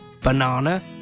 banana